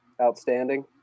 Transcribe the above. outstanding